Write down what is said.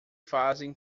fazem